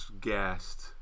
gassed